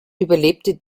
überlebte